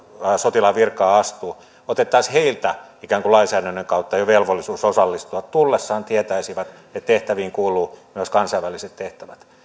sotilaan virkaan astuvat ikään kuin jo lainsäädännön kautta velvollisuuden osallistua tullessaan tietäisivät että tehtäviin kuuluu myös kansainväliset tehtävät